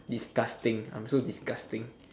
disgusting I'm so disgusting